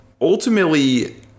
ultimately